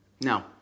No